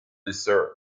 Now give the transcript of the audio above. desert